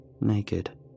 naked